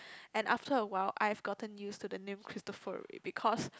and after a while after I've gotten used to the name cristofori because